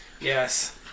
Yes